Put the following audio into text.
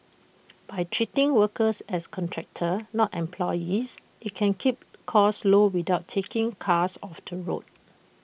by treating workers as contractors not employees IT can keep costs low without taking cars off the road